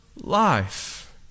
life